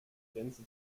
grenze